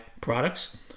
products